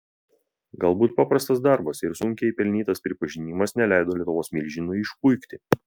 galbūt paprastas darbas ir sunkiai pelnytas pripažinimas neleido lietuvos milžinui išpuikti